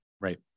Right